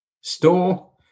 store